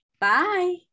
bye